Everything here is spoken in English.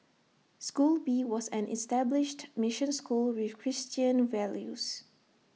school B was an established mission school with Christian values